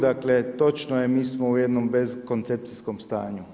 Dakle, točno je mi smo u jednom beskoncepcijskom stanju.